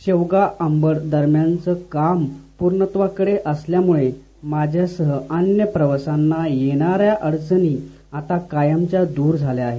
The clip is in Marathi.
शेवगा अंबड दरम्यानचं काम पूर्णत्वाकडे असल्यान माझ्यासह अन्य प्रवाशाना येणाऱ्या अडचणी आता कायमच्या दूर झाल्या आहेत